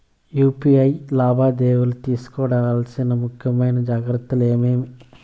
UPI లావాదేవీలలో తీసుకోవాల్సిన ముఖ్యమైన జాగ్రత్తలు ఏమేమీ?